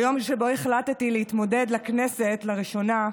ביום שבו החלטתי להתמודד לכנסת לראשונה,